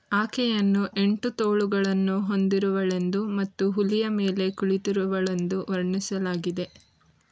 ಆಕೆಯನ್ನು ಎಂಟು ತೋಳುಗಳನ್ನು ಹೊಂದಿರುವಳೆಂದು ಮತ್ತು ಹುಲಿಯ ಮೇಲೆ ಕುಳಿತಿರುವಳೆಂದು ವರ್ಣಿಸಲಾಗಿದೆ